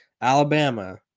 Alabama